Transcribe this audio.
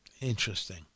Interesting